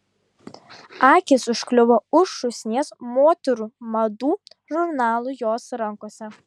akys užkliuvo už šūsnies moterų madų žurnalų jos rankose